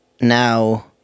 now